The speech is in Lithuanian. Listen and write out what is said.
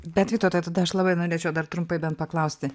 bet vytautai tada aš labai norėčiau dar trumpai bent paklausti